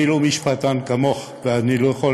אני לא משפטן כמוך ואני לא יכול